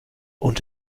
und